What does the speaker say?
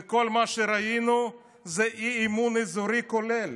וכל מה שראינו זה אי-אמון אזורי כולל,